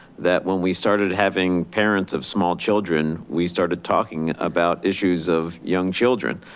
that when we started having parents of small children, we started talking about issues of young children.